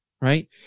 right